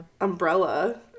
umbrella